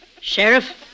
Sheriff